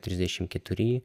trisdešim keturi